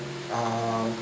are